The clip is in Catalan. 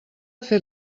fet